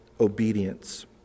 obedience